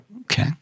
Okay